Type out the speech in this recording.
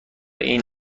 این